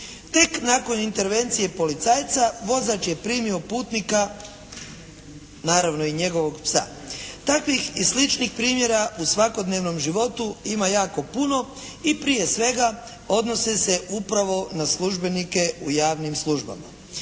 Tek nakon intervencije policajca vozač je primio putnika, naravno i njegovog psa. Takvih i sličnih primjera u svakodnevnom životu ima jako puno i prije svega odnose se upravo na službenike u javnim službama.